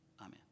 amen